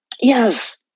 Yes